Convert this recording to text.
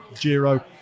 Giro